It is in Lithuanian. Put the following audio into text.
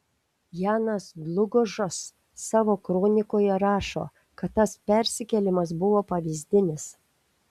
janas dlugošas savo kronikoje rašo kad tas persikėlimas buvo pavyzdinis